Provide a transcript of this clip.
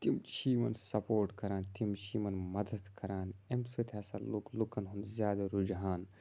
تِم چھِ یِمَن سپوٹ کَران تِم چھِ یِمَن مَدَد کَران اَمہِ سۭتۍ ہَسا لوٚگ لُکَن ہُنٛد زیادٕ رُجحان